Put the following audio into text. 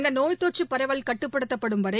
இந்தநோய் தொற்றுபரவல் கட்டுப்படுத்தப்படும் வரை